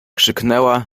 krzyknęła